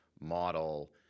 model